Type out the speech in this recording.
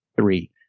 three